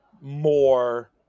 more